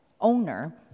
owner